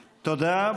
תודה.